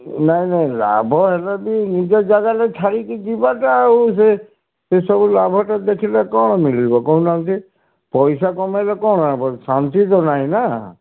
ନାଇ ନାଇ ଲାଭ ହେଲେ ବି ନିଜ ଜାଗାଟା ଛାଡ଼ିକି ଯିବାଟା ଆଉ ସେ ସେ ସବୁ ଲାଭଟା ଦେଖିଲେ କ'ଣ ମିଳିବ କହୁନାହାନ୍ତି ପଇସା କମେଇଲେ କ'ଣ ହେବ ଶାନ୍ତି ତ ନାହିଁ ନା